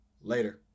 Later